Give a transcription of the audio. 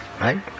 Right